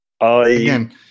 Again